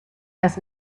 has